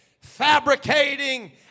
fabricating